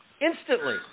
Instantly